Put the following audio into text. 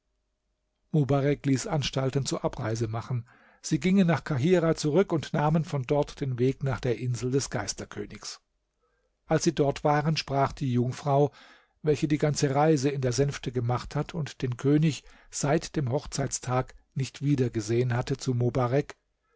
ließ anstalten zur abreise machen sie gingen nach kahirah zurück und nahmen von dort den weg nach der insel des geisterkönigs als sie dort waren sprach die jungfrau welche die ganze reise in der sänfte gemacht und den könig seit dem hochzeitstag nicht wieder gesehen hatte zu mobarek